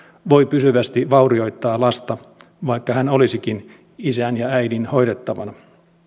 voi pysyvästi vaurioittaa lasta vaikka hän olisikin isän ja äidin hoidettavana